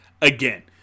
again